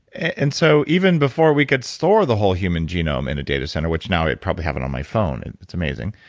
and so, even before we could store the whole human genome in a data center, which now, i probably have it on my phone, it's amazing.